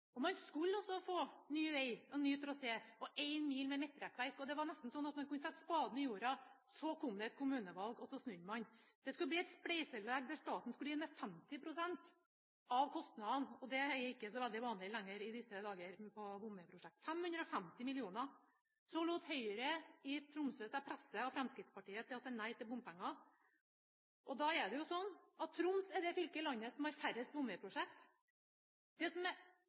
om. Man skulle også få ny veg og ny trasé, og én mil med midtrekkverk, og det var nesten sånn at man kunne sette spaden i jorda. Så kom det et kommunevalg, og så snudde man. Det skulle bli et spleiselag der staten skulle inn med 50 pst. av kostnadene, og det er ikke så veldig vanlig lenger i disse dager på bomvegprosjekt – 550 mill. kr. Så lot Høyre i Tromsø seg presse av Fremskrittspartiet til å si nei til bompenger. Da er det jo sånn at Troms er det fylket i landet som har færrest bomvegprosjekt. Det som er